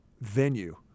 venue